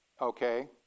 Okay